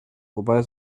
wobei